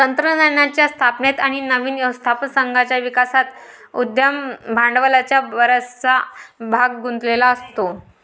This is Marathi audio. तंत्रज्ञानाच्या स्थापनेत आणि नवीन व्यवस्थापन संघाच्या विकासात उद्यम भांडवलाचा बराचसा भाग गुंतलेला असतो